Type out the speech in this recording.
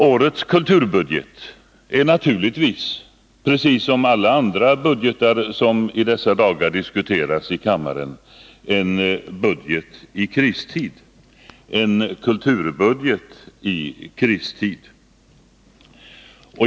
Årets kulturbudget är naturligtvis, precis som alla andra budgetar som i dessa dagar diskuteras i kammaren, en kulturbudget i kristid.